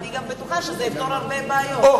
ואני גם בטוחה שזה יפתור הרבה בעיות.